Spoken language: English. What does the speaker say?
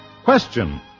Question